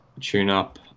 tune-up